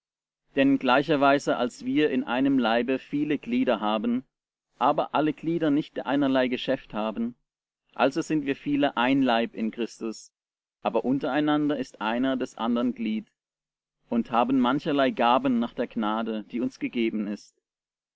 denn gleicherweise als wir in einem leibe viele glieder haben aber alle glieder nicht einerlei geschäft haben also sind wir viele ein leib in christus aber untereinander ist einer des andern glied und haben mancherlei gaben nach der gnade die uns gegeben ist